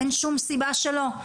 אין שום סיבה שלא.